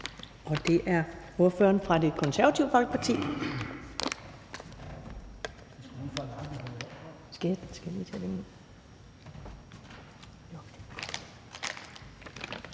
og det er ordføreren fra Det Konservative Folkeparti.